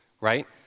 right